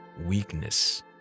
weakness